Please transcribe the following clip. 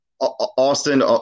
Austin